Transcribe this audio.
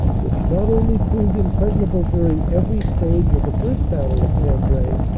which not only proved impregnable during every stage of the first battle of cambrai,